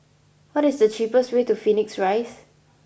what is the cheapest way to Phoenix Rise